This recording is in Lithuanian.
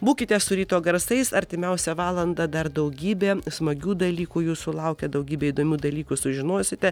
būkite su ryto garsais artimiausią valandą dar daugybė smagių dalykų jūsų laukia daugybę įdomių dalykų sužinosite